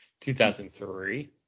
2003